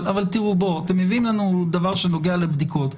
אתם מביאים לנו דבר שנוגע לבדיקות,